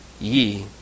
ye